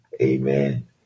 Amen